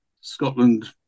Scotland